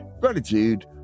Gratitude